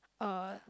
uh